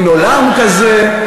אין עולם כזה,